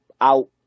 out